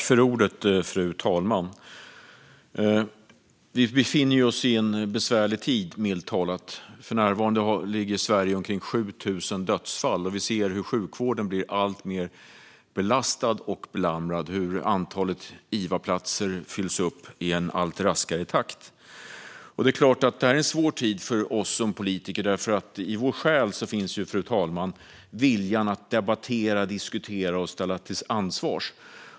Fru talman! Vi befinner oss i en besvärlig tid, milt talat. För närvarande ligger Sverige på omkring 7 000 dödsfall, och vi ser hur sjukvården blir alltmer belastad och belamrad och hur iva-platserna fylls upp i allt raskare takt. Det är klart att detta är en svår tid för oss politiker, för i vår själ finns, fru talman, viljan att debattera, diskutera och ställa till ansvar.